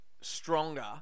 stronger